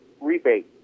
rebate